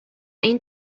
این